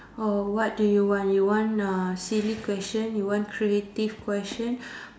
oh what do you want you want a silly question you want creative question